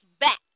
Back